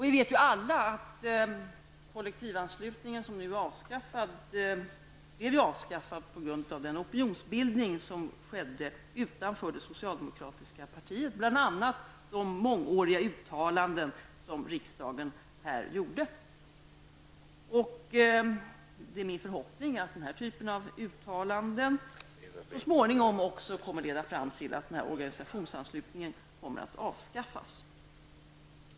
Vi vet ju alla att kollektivanslutningen som nu är avskaffad blev avskaffad just på grund av den opinionsbildning som skedde utanför det socialdemokratiska partiet, bl.a. på grund av de uttalanden som riksdagen under många år gjorde. Det är min förhoppning att denna typ av uttalanden så småningom också kommer att leda fram till att den här organisationsanslutningen kommer att avskaffas.